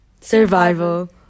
Survival